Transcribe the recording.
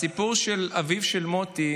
הסיפור של אביו של מוטי